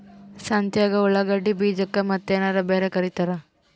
ಸಂತ್ಯಾಗ ಉಳ್ಳಾಗಡ್ಡಿ ಬೀಜಕ್ಕ ಮತ್ತೇನರ ಬ್ಯಾರೆ ಕರಿತಾರ?